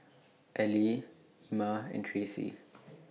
Ellie Ima and Tracey